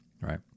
right